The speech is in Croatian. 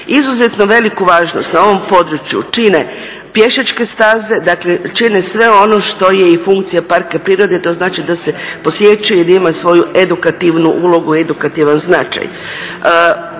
Izuzetno veliku važnost na ovom području čine pješačke staze, dakle čini sve ono što je i funkcija parka prirode, to znači da se posjećuje i da ima svoju edukativnu ulogu, edukativan značaj.